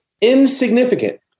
insignificant